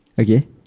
Okay